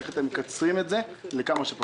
איך אתם מקצרים את משך הזמן ככל הניתן?